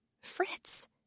fritz